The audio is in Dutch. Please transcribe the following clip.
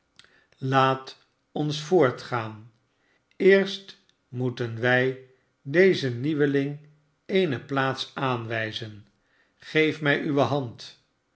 laat ons voortgaan eerst moeten wij dezen nieuweling eene plaats aanwijzen geef mij uwe hand